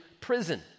prison